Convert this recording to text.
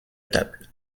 table